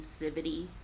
inclusivity